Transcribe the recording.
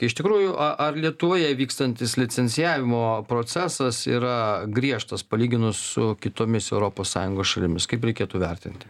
iš tikrųjų a ar lietuvoje vykstantis licencijavimo procesas yra griežtas palyginus su kitomis europos sąjungos šalimis kaip reikėtų vertinti